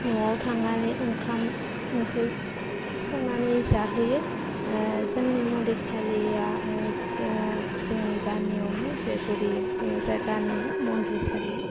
न'आव थांनानै ओंखाम ओंख्रि संनानै जाहैयो जोंनि मन्दिरसालिआ जोंनि गामिआवनो बे गुदि गामिआव मन्दिरसालिआ